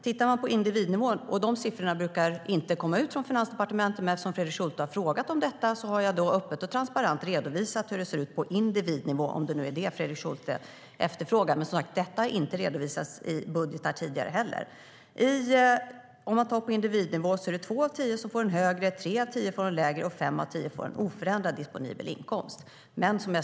Siffrorna för individnivå brukar inte komma ut från Finansdepartementet, men eftersom Fredrik Schulte har frågat om detta har jag öppet och transparent redovisat hur det ser ut på individnivå - om det nu är det Fredrik Schulte efterfrågar. Detta har dock som sagt inte redovisats i tidigare budgetar heller. Om vi tittar på individnivå är det två av tio som får högre disponibel inkomst. Tre av tio får lägre disponibel inkomst, och fem av tio får oförändrad disponibel inkomst.